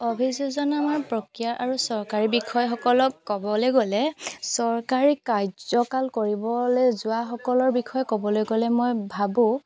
অভিযোগনামাৰ প্ৰক্ৰিয়া আৰু চৰকাৰী বিষয়াসকলক ক'বলৈ গ'লে চৰকাৰী কাৰ্যকাল কৰিবলৈ যোৱাসকলৰ বিষয়ে ক'বলৈ গ'লে মই ভাবোঁ